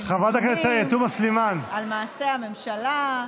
עם נתונים על מעשי הממשלה.